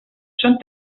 són